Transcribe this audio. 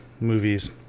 movies